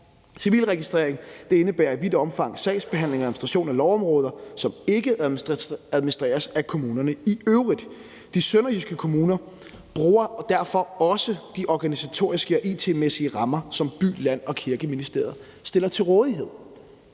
Civilregistrering indebærer i vidt omfang sagsbehandling og administration af lovområder, som ikke administreres af kommunerne i øvrigt. De sønderjyske kommuner bruger derfor også de organisatoriske og it-mæssige rammer, som By- Land- og Kirkeministeriet stiller til rådighed.